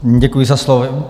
Děkuji za slovo.